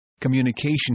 Communication